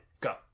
Go